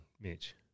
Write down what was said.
Mitch